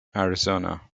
arizona